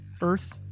Earth